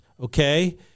okay